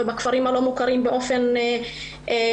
ובכפרים הלא מוכרים באופן בולט,